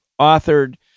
authored